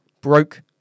broke